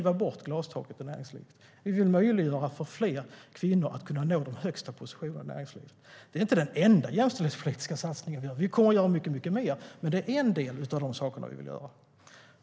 Vi vill möjliggöra för kvinnor att nå de högsta positionerna i näringslivet. Det är inte den enda jämställdhetspolitiska satsning vi gör. Vi kommer att göra mycket mer, men det är en del av de saker vi vill göra.